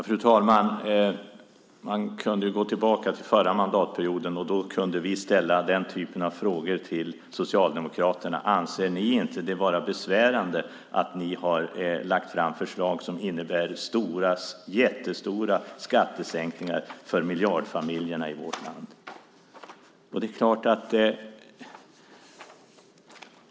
Fru talman! Man kan gå tillbaka till den förra mandatperioden. Då kunde vi ställa den typen av frågor till Socialdemokraterna: Anser ni inte det vara besvärande att ni har lagt fram förslag som innebär jättestora skattesänkningar för miljardfamiljerna i vårt land?